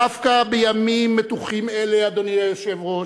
דווקא בימים מתוחים אלה, אדוני היושב-ראש,